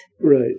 Right